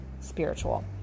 spiritual